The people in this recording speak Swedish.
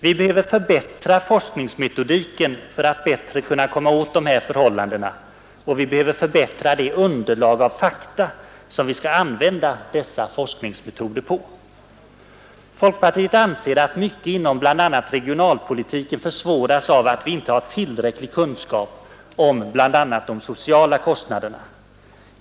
Vi behöver förbättra forskningsmetodiken för att bättre kunna komma åt de här förhållandena, och vi behöver förbättra det underlag av fakta som vi skall använda dessa forskningsmetoder på. Folkpartiet anser att mycket inom bl.a. regionalpolitiken försvåras av att vi inte har tillräcklig kunskap om de sociala kostnaderna.